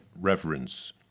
reverence